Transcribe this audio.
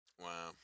Wow